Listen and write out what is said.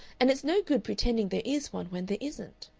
and it's no good pretending there is one when there isn't.